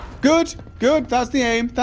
good good that's the aim, that's